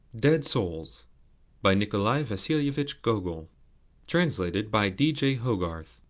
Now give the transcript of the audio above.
dead souls by nikolai vasilievich gogol translated by d. j. hogarth